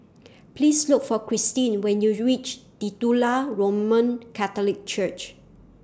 Please Look For Christine when YOU REACH Titular Roman Catholic Church